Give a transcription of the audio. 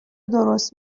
درست